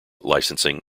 licensing